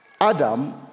Adam